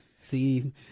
See